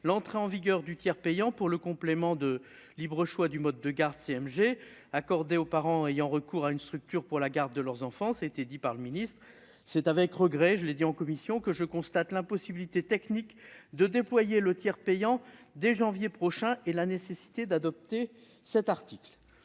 l'entrée en vigueur du tiers payant pour le complément de libre choix du mode de garde (CMG) accordé aux parents ayant recours à une structure pour la garde de leurs enfants. C'est avec regret- je l'ai déjà souligné en commission -que je constate l'impossibilité technique de déployer le tiers payant dès janvier prochain et la nécessité d'adopter cet article.